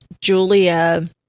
Julia